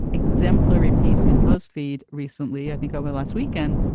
exemplary piece in buzzfeed recently, i think over the last weekend,